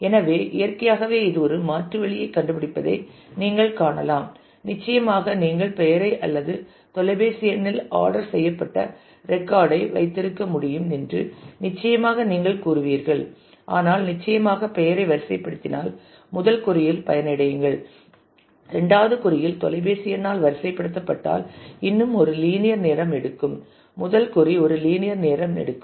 எனவே இயற்கையாகவே இது ஒரு மாற்று வழியைக் கண்டுபிடிப்பதை நீங்கள் காணலாம் நிச்சயமாக நீங்கள் பெயரை அல்லது தொலைபேசி எண்ணில் ஆர்டர் செய்யப்பட்ட ரெக்கார்ட் ஐ வைத்திருக்க முடியும் என்று நிச்சயமாக நீங்கள் கூறுவீர்கள் ஆனால் நிச்சயமாக பெயரை வரிசைப்படுத்தினால் முதல் கொறி இல் பயனடையுங்கள் இரண்டாவது கொறி இல் தொலைபேசி எண்ணால் வரிசைப்படுத்தப்பட்டால் இன்னும் ஒரு லீனியர் நேரம் எடுக்கும் முதல் கொறி ஒரு லீனியர் நேரம் எடுக்கும்